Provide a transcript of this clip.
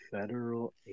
Federal